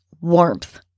warmth